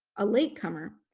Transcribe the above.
a latecomer,